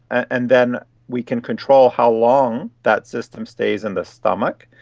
and then we can control how long that system stays in the stomach.